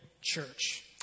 church